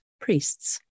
priests